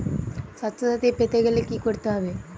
স্বাস্থসাথী পেতে গেলে কি করতে হবে?